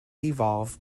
evolved